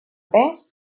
pes